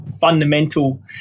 fundamental